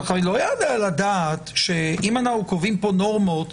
אם אנחנו קובעים פה נורמות,